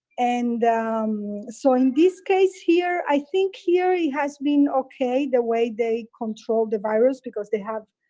and so in this case here, i think here it has been okay, the way they controlled the virus. because they have